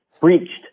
breached